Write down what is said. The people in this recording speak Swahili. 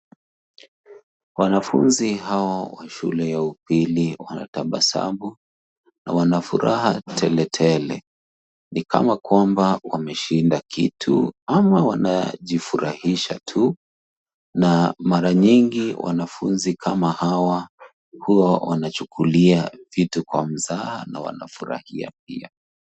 Wanafunzi hawa wa shule ya upili wanatabasamu na wana furaha za tele tele. Ni kama kwamba wameshinda kitu ama wanajifurahisha tu na mara nyingi wanafunzi kama hawa huwa wanachukulia kitu kwa mzaha na wanafurahia pia.